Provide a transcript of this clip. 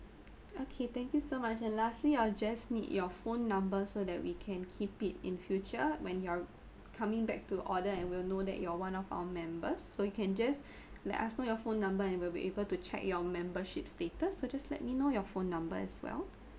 okay thank you so much and lastly I'll just need your phone numbers so that we can keep it in future when you are coming back to order and we'll know that you're one of our members so you can just let us know your phone number and we we'll be able to check your membership status so just let me know your phone number as well